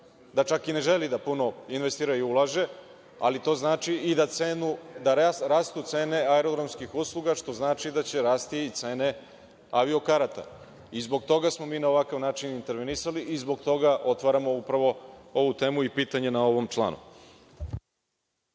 da čak i ne želi da ponovo investira i ulaže, ali to znači da rastu cene aerodromskih usluga, što znači da će rasti i cene avio karata. Zbog toga smo mi na ovakav način intervenisali i zbog toga otvaramo upravo ovu temu i pitanje na ovom članu.